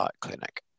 .clinic